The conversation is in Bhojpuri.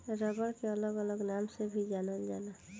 रबर के अलग अलग नाम से भी जानल जाला